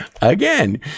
again